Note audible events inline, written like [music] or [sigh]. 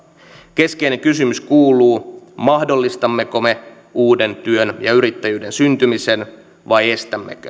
keskeinen kysymys kuuluu mahdollistammeko me uuden työn ja yrittäjyyden syntymisen vai estämmekö [unintelligible]